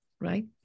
right